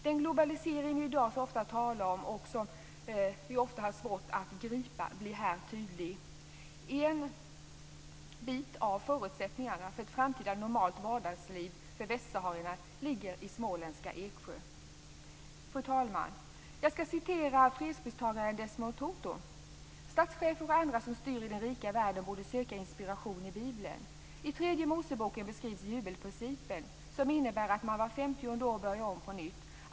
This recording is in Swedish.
Den globalisering som vi i dag så ofta talar om, och som vi ofta har svårt att gripa, blir här tydlig. En bit av förutsättningarna för ett framtida normalt vardagsliv för västsaharierna ligger i småländska Eksjö. Fru talman! Jag skall citera fredspristagaren Desmond Tutu: "Statschefer och andra som styr i den rika världen borde söka inspiration i Bibeln. I tredje moseboken beskrivs jubelprincipen, som inebär att man vart femtionde år börjar om på nytt.